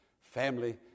family